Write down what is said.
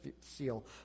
seal